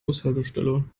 bushaltestelle